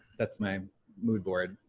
that's my moodboard.